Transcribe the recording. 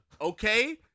Okay